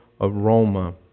aroma